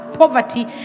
Poverty